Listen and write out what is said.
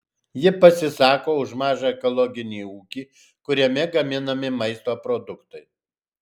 ji pasisako už mažą ekologinį ūkį kuriame gaminami maisto produktai